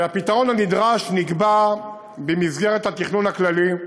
הפתרון הנדרש נקבע במסגרת התכנון הכללי.